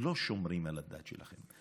לא שומרים על הדת שלכם.